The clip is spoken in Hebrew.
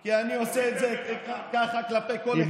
כי אני עושה את זה ככה כלפי כל אחד.